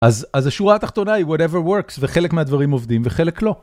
אז השורה התחתונה היא whatever works וחלק מהדברים עובדים וחלק לא.